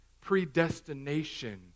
Predestination